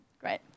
great